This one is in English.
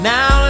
Now